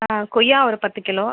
ஆ கொய்யா ஒரு பத்து கிலோ